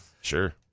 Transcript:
sure